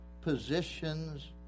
positions